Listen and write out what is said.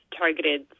targeted